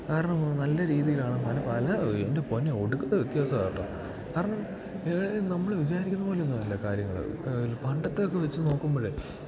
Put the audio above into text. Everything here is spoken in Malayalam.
കാരണം നല്ല രീതിയിലാണ് പല പല എൻ്റെ പൊന്നെ ഒടുക്കത്തെ വ്യത്യാസവാട്ടോ കാരണം നമ്മള് വിചാരിക്കുന്ന പോലൊന്നും അല്ല കാര്യങ്ങള് പണ്ടത്തെയൊക്കെ വെച്ച് നോക്കുമ്പഴേ